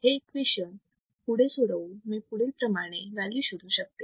हे इक्वेशन पुढे सोडवून मी पुढील प्रमाणे व्हॅल्यू शोधु शकते